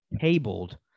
tabled